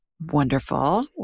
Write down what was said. Wonderful